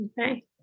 Okay